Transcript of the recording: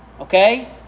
Okay